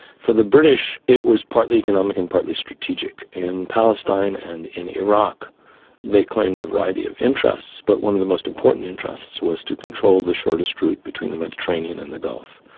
for the british it was partly economic and partly strategic. in palestine and in iraq they claimed a variety of interests, but one of the most important interests was to control the shortest route between the mediterranean and the gulf.